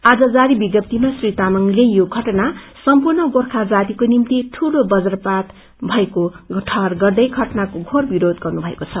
आज जारी विज्ञाप्तीमा श्री तामाङले यो घटना सम्पूर्ण गोर्खा जातिको निम्ती ठूलो बज्रघात भएको ठहर गर्दै घटनाको घोर विरोध गर्नु भएको छ